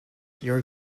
your